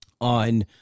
on